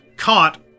Caught